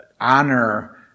honor